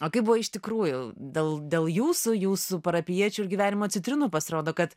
o kaip buvo iš tikrųjų dėl dėl jūsų jūsų parapijiečių ir gyvenimo citrinų pasirodo kad